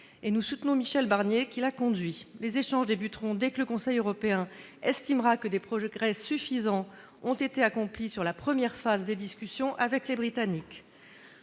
Nous soutenons Michel Barnier qui mène cette négociation. Les échanges débuteront dès que le Conseil européen estimera que des progrès suffisants ont été accomplis sur la première phase des discussions avec les Britanniques.